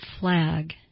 flag